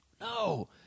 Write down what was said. no